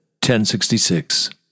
1066